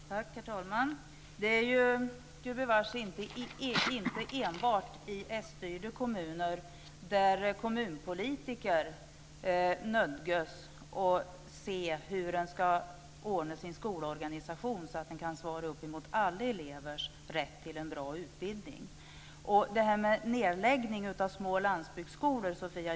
Herr talman! Det är ju, gubevars, inte enbart i sstyrda kommuner som kommunpolitiker nödgas att se hur de ska ordna sin skolorganisation så att den kan svara upp emot alla elevers rätt till en bra utbildning.